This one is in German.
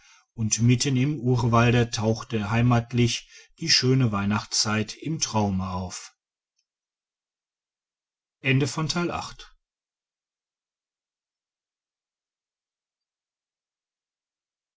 und mitten im urwalde tauchte heimatlich die schöne weihnachtszeit im traume auf